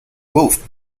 both